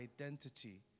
identity